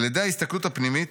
על ידי ההסתכלות הפנימית,